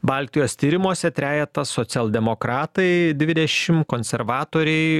baltijos tyrimuose trejetą socialdemokratai dvidešim konservatoriai